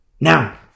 Now